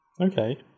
Okay